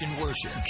Worship